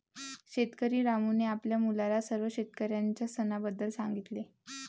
शेतकरी रामूने आपल्या मुलाला सर्व शेतकऱ्यांच्या सणाबद्दल सांगितले